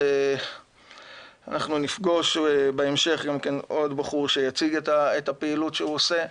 אנחנו נפגוש בהמשך עוד בחור שיציג את הפעילות שהוא עושה.